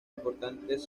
importantes